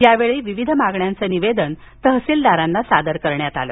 यावेळी विविध मागण्यांचं निवेदन तहसीलदारांना सादर करण्यात आल